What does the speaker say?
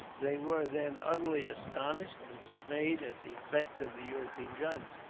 they were, then, utterly astounded and dismayed at the effects of the european guns,